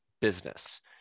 business